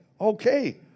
okay